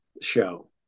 show